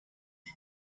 sie